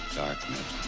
darkness